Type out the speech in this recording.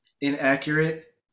inaccurate